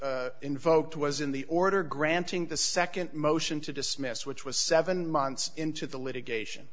invoked was in the order granting the nd motion to dismiss which was seven months into the litigation